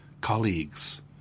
colleagues